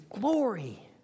glory